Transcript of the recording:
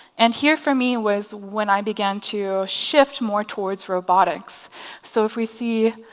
and here for me was when i began to shift more towards robotics so if we see